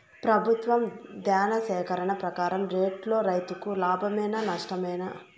ప్రభుత్వం ధాన్య సేకరణ ప్రకారం రేటులో రైతుకు లాభమేనా నష్టమా?